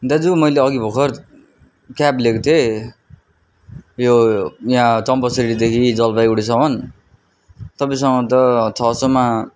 दाजु मैले अघि भर्खर क्याब लिएको थिएँ यो यहाँ चम्पासरीदेखि जलपाइगुडीसम्म तपाईँसँग त छ सौमा